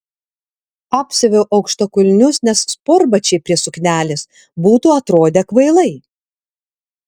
apsiaviau aukštakulnius nes sportbačiai prie suknelės būtų atrodę kvailai